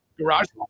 garage